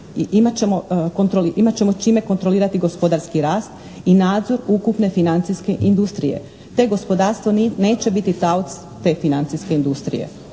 imat ćemo čime kontrolirati gospodarski rast i nadzor ukupne financijske industrije, te gospodarstvo neće biti taoc te financijske industrije.